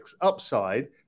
upside